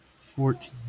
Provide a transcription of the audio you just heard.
fourteen